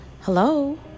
Hello